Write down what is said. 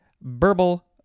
burble